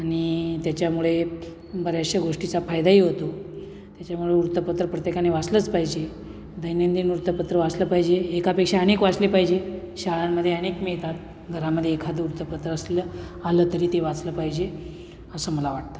आणि त्याच्यामुळे बऱ्याचश्या गोष्टीचा फायदाही होतो त्याच्यामुळे वृत्तपत्र प्रत्येकाने वाचलंच पाहिजे दैनंदिन वृत्तपत्र वाचलं पाहिजे एकापेक्षा अनेक वाचली पाहिजे शाळांमध्ये अनेक मिळतात घरामध्ये एखादं वृत्तपत्र असलं आलं तरी ते वाचलं पाहिजे असं मला वाटतं